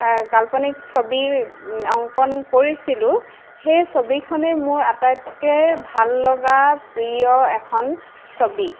কাল্পনিক ছবি অংকন কৰিছিলোঁ সেই ছবিখনেই মোৰ আটাইতকৈ ভাললগা প্ৰিয় এখন ছবি